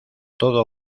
todo